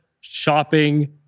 shopping